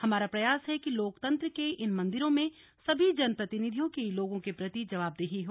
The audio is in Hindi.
हमारा प्रयास है कि लोकतंत्र के इन मंदिरों में सभी जनप्रतिनिधियों की लोगों के प्रति जवाबदेही हो